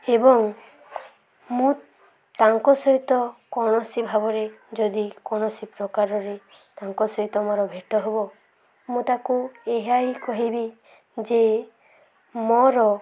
ଏବଂ ମୁଁ ତାଙ୍କ ସହିତ କୌଣସି ଭାବରେ ଯଦି କୌଣସି ପ୍ରକାରରେ ତାଙ୍କ ସହିତ ମୋର ଭେଟ ହେବ ମୁଁ ତାକୁ ଏହା ହିଁ କହିବି ଯେ ମୋର